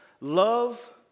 love